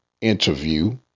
interview